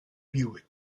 viewed